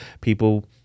people